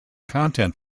content